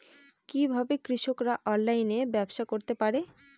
কিভাবে কৃষকরা অনলাইনে ব্যবসা করতে পারে?